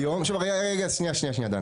כיום, רגע, רגע, שנייה דנה.